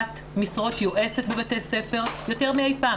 משרות יועצת בבתי ספר יותר מאי פעם.